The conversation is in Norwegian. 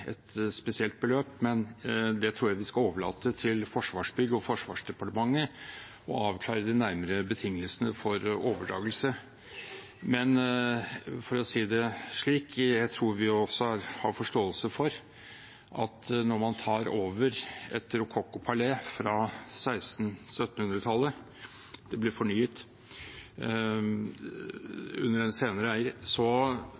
et spesielt beløp, men jeg tror vi skal overlate til Forsvarsbygg og Forsvarsdepartementet å avklare de nærmere betingelsene for overdragelse. Men for å si det slik: Jeg tror vi også har forståelse for at når man tar over et rokokkopalé fra 1600–1700-tallet – det ble fornyet